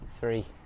three